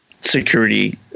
security